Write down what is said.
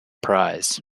prize